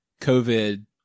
COVID